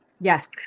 Yes